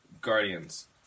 Guardians